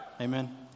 Amen